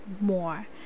more